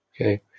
Okay